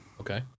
Okay